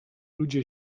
ludzie